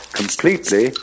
completely